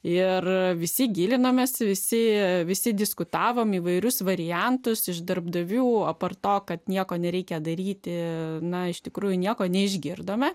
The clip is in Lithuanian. ir visi gilinomės visi visi diskutavome įvairius variantus iš darbdavių aptarto kad nieko nereikia daryti na iš tikrųjų nieko neišgirdome